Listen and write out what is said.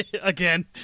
Again